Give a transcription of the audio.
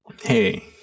hey